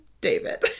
David